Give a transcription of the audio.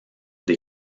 des